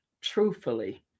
truthfully